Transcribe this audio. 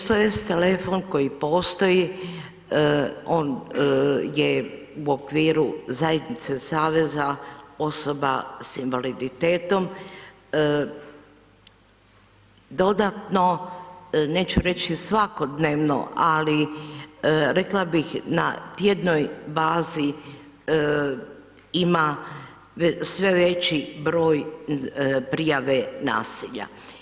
SOS telefon koji postoji on je u okviru Zajednice saveza osoba sa invaliditetom, dodatno neću reći svakodnevno ali rekla bih na tjednoj bazi ima sve veći broj prijave nasilja.